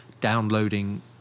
downloading